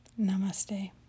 Namaste